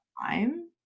time